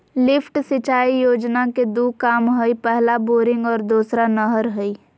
lift सिंचाई योजना के दू काम हइ पहला बोरिंग और दोसर नहर हइ